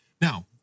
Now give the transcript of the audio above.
Now